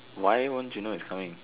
why won't you know it's coming